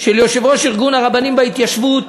של יושב-ראש ארגון הרבנים בהתיישבות,